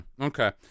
okay